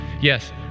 Yes